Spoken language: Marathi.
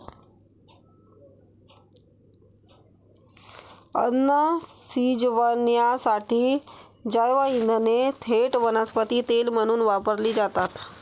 अन्न शिजवण्यासाठी जैवइंधने थेट वनस्पती तेल म्हणून वापरली जातात